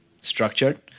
structured